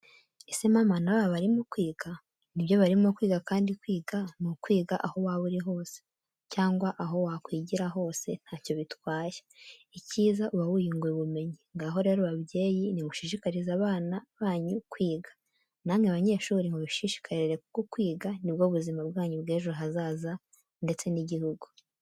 Ese mama n'aba barimo kwiga? Nibyo barimo kwiga kandi kwiga n'ukwiga aho waba uri hose cyangwa aho wa kwigira hose ntacyo bitwaye, icyiza ubawiyungura ubumenyi. Ngaho rero babyeyi nimushishikarize abana banyu kwiga, namwe banyeshuri mubishishikare kuko kwiga nibwo buzima bwanyu bw'ejo hazaza ndetse n'igihugu.